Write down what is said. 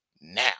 now